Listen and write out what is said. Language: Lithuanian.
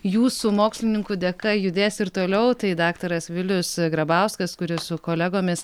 jūsų mokslininkų dėka judės ir toliau tai daktaras vilius grabauskas kuris su kolegomis